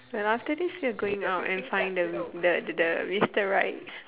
well after this we're going out and find the the the the mister right